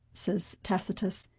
says tacitus,